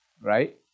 right